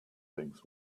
things